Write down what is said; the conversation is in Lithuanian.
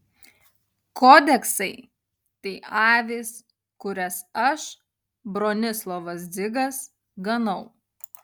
kodeksai tai avys kurias aš bronislovas dzigas ganau